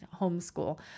homeschool